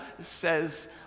says